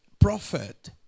prophet